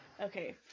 okay